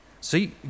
See